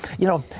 you know,